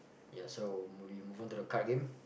ya so we move on to the card game